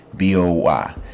B-O-Y